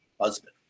husband